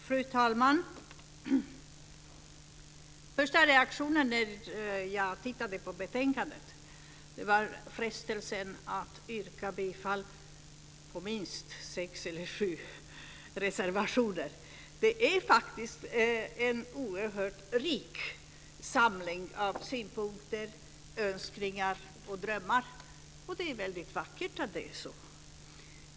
Fru talman! Första reaktionen när jag tittade på betänkandet var frestelsen att yrka bifall till minst sex eller sju reservationer. Det är faktiskt en oerhört rik samling av synpunkter, önskningar och drömmar, och det är väldigt vackert att det är så.